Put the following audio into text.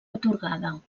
atorgada